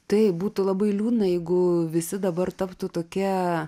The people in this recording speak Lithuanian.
tai būtų labai liūdna jeigu visi dabar taptų tokie